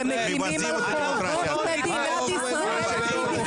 אתם מגנים על חורבות מדינת ישראל.